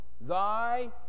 thy